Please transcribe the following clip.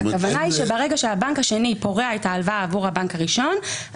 הכוונה היא שברגע שהבנק השני פורע את ההלוואה עבור הבנק הראשון,